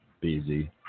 Busy